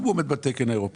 אם הוא עומד בתקן האירופי